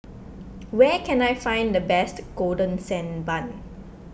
where can I find the best Golden Sand Bun